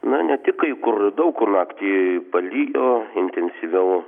na ne tik kai kur daug kur naktį palijo intensyviau